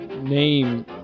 name